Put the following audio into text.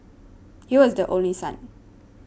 he was the only son